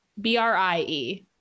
B-R-I-E